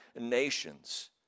nations